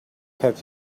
have